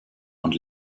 und